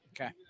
Okay